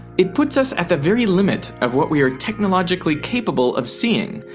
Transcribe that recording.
it puts us at the very limit of what we are technologically capable of seeing.